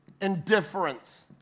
Indifference